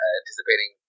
anticipating